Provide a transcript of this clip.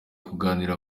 kuganira